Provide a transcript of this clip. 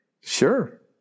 Sure